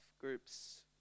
Groups